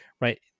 right